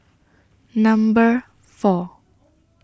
Number four